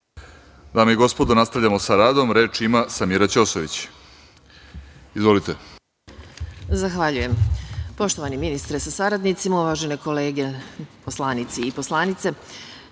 Dame i gospodo, nastavljamo sa radom. Reč ima Samira Ćosović. Izvolite. **Samira Ćosović** Zahvaljujem. Poštovani ministre sa saradnicima, uvažene kolege poslanici i poslanice,